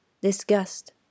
disgust